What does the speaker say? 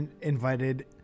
invited